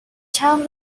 town